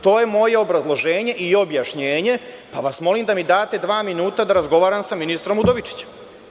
To je moje obrazloženje i objašnjenje, pa vas molim da mi date dva minuta da razgovaram sa ministrom Udovičićem.